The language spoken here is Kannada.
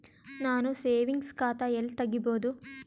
ನಾನು ಸೇವಿಂಗ್ಸ್ ಖಾತಾ ಎಲ್ಲಿ ತಗಿಬೋದು?